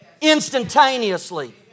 instantaneously